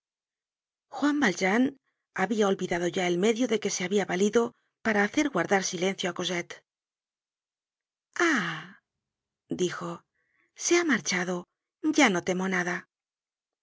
juan valjean habia olvidado ya el medio de que se habia valido para hacer guardar silencio á cosette ah dijo se ha marchado ya no temo nada